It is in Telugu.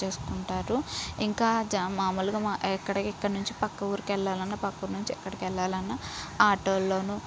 చేసుకుంటారు ఇంకా జ మామూలుగా మా ఎక్కడెక్కడి నుంచి ప్రక్క ఊరికి వెళ్ళాలన్నా ప్రక్క ఊరి నుంచి ఎక్కడికి వెళ్ళాలన్నా ఆటోల్లోనూ